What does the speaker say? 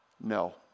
no